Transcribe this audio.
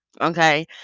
Okay